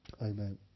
Amen